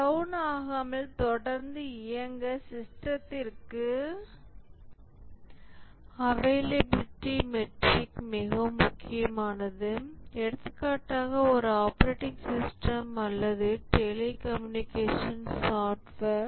down ஆகாமல் தொடர் இயங்க சிஸ்டத்திற்கு அவைலபிலிடி மெட்ரிக் முக்கியமானது எடுத்துக்காட்டாக ஒரு ஆப்பரேட்டிங் சிஸ்டம் அல்லது டெலி கம்யூனிகேஷன் சாப்ட்வேர்